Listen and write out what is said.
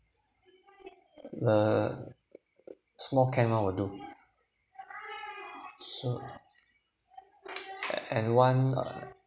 uh small can lah will do so everyone uh